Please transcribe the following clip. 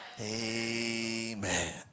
Amen